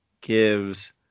gives